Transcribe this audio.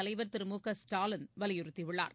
தலைவர் திரு மு க ஸ்டாலின் வலியுறுத்தியுள்ளார்